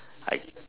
I